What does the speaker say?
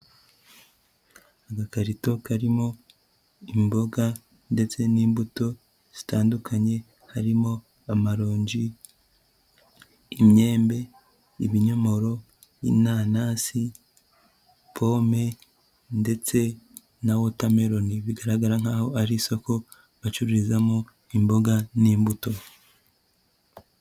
Agakarito karimo imboga ndetse n'imbuto zitandukanye, harimo amaronji, imyembe, ibinyomoro , inanasi, pome ndetse na watermelon, bigaragara nkaho ari isoko bacururizamo imboga n'imbuto.